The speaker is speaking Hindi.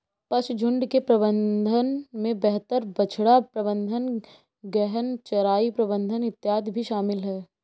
पशुझुण्ड के प्रबंधन में बेहतर बछड़ा प्रबंधन, गहन चराई प्रबंधन इत्यादि भी शामिल है